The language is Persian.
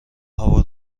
هوا